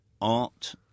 art